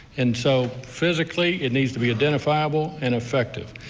and so physically it needs to be identifiable and effective.